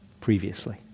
previously